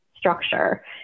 structure